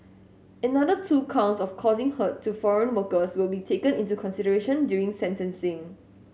another two counts of causing hurt to foreign workers will be taken into consideration during sentencing